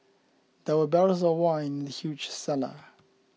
there were barrels of wine in the huge cellar